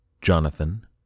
Jonathan